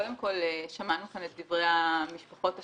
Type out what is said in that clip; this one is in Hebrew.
קודם כול, שמענו כאן את דברי המשפחות השכולות,